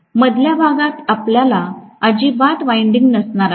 मधल्या भागात आपल्याला अजिबात वाइंडिंग नसणार आहे